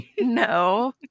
No